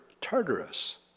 Tartarus